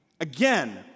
Again